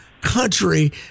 country